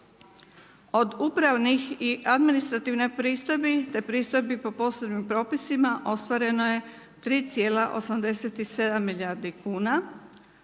Od upravnih i administrativnih pristojbi, te pristojbi po posebnim propisima, ostvareno je 3,87 milijardi kuna,